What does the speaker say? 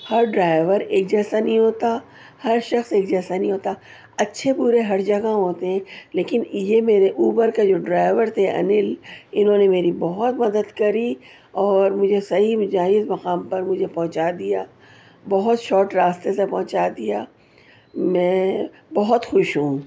ہر driver ایک جیسا نہیں ہوتا ہر شخص ایک جیسا نہیں ہوتا اچھے برے ہر جگہ ہوتے ہیں لیکن یہ میرے اوبر کا جو ڈرائیور تھے انل انہوں نے میری بہت مدد کری اور مجھے صحیح میں جائز مقام پر مجھے پہنچا دیا بہت شاٹ راستے سے پہنچا دیا میں بہت خوش ہوں